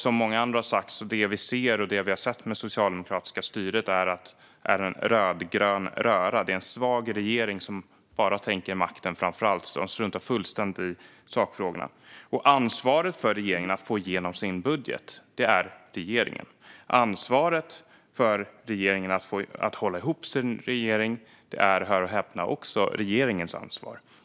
Som många andra har sagt är det vi ser och har sett med det socialdemokratiska styret en rödgrön röra. Det är en svag regering som bara tänker på makten framför allt. Den struntar fullständigt i sakfrågorna. Ansvaret för att regeringen får igenom sin budget är regeringens. Ansvaret för att regeringen håller ihop är, hör och häpna, också regeringens.